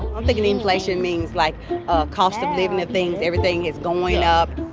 i'm thinking inflation means, like cost of living of things everything is going up.